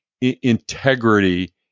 integrity